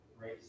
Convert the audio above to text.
Race